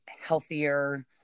healthier